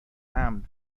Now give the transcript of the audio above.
امن